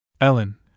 Ellen